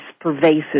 pervasive